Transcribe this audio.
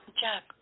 Jack